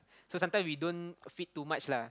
so sometimes we don't feed too much lah